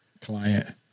client